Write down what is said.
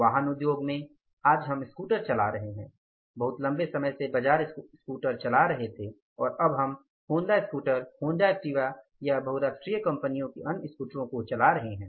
वाहन उद्योग में आज हम स्कूटर चला रहे हैं हम लंबे समय से बजाज स्कूटर चला रहे थे और अब हम होंडा स्कूटर होंडा एक्टिवा या बहुराष्ट्रीय कंपनियों के अन्य स्कूटरों को चला रहे हैं